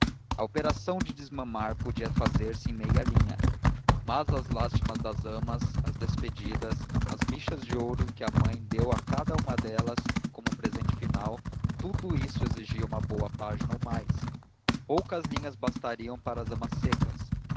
a operação de desmamar podia fazer-se em meia linha mas as lástimas das amas as despedidas as bichas de ouro que a mãe deu a cada uma delas como um presente final tudo isso exigia uma boa página ou mais poucas linhas bastariam para as